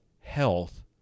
health